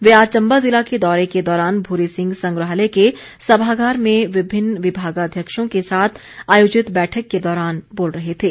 वे आज चम्बा जिला के दौरे के दौरान भूरि सिंह संग्रहालय के सभागार में विभिन्न विभागाध्यक्षों के साथ आयोजित बैठक के दौरान बोल रहे थे